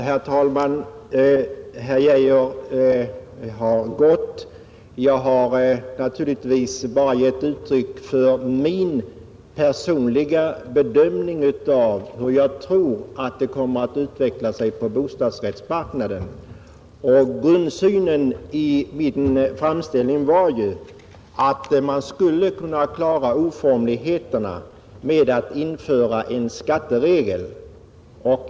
Herr talman! Herr Geijer har nu gått. Jag har naturligtvis bara gett uttryck för min personliga bedömning av hur jag tror att förhållandena kommer att utveck'a sig på bostadsrättsmarknaden. I min framställning betonades att man skulle kunna undvika skevheten på bostadsmarknaden genom att införa en skatteregel.